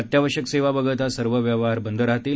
अत्यावश्यक सेवा वगळता सर्व व्यवहार बंद राहतील